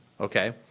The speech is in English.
Okay